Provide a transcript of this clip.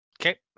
Okay